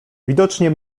widocznie